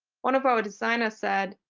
one of our designers said,